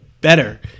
better